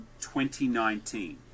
2019